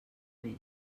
més